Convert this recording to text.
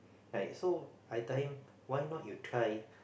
like so I tell him why not you try